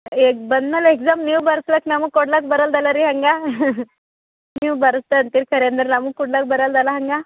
ಈಗ ಬಂದ ಮೇಲೆ ಎಕ್ಸಾಮ್ ನೀವು ಬರಸ್ಲಕ್ಕೆ ನಮ್ಗೆ ಕೊಡಾಕ್ ಬರಲ್ಲಲ ರೀ ಹಂಗೆ ನೀವು ಬರುತ್ತೆ ಅಂತೀರಿ ಖರೇಂದ್ರ ನಮ್ಗೆ ಕೊಡಾಕ್ ಬರಲ್ಲಲ ಹಂಗೆ